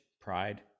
pride